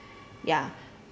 ya